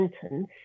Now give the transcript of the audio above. sentence